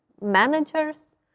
managers